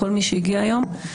לכל מי שהגיע היום.